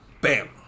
Bam